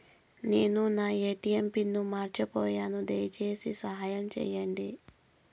నేను నా ATM pin మర్చిపోయాను, దయచేసి సహాయం చేయండి